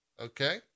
okay